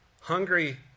hungry